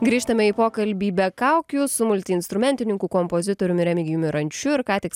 grįžtame į pokalbį be kaukių su multi instrumentininku kompozitoriumi remigijumi rančiu ir ką tik